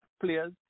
players